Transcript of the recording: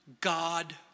God